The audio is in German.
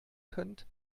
könnt